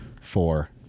four